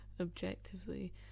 objectively